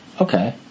Okay